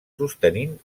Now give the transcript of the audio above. sostenint